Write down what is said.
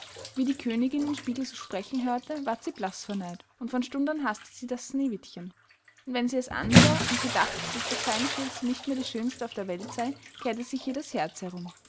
wie die königin den spiegel so sprechen hörte ward sie blaß vor neid und von stund an haßte sie das sneewittchen und wenn sie es ansah und gedacht daß durch seine schuld sie nicht mehr die schönste auf der welt sey kehrte sich ihr das herz herum